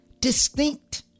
distinct